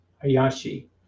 Hayashi